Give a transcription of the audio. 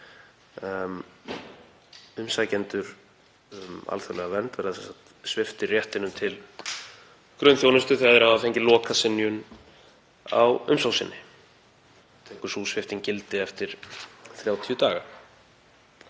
Umsækjendur um alþjóðlega vernd eru sviptir réttinum til grunnþjónustu þegar þeir hafa fengið lokasynjun á umsókn sinni. Tekur sú svipting gildi eftir 30 daga.